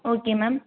okay ma'am